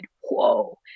whoa